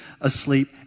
asleep